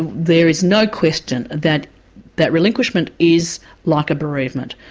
and there is no question that that relinquishment is like a bereavement,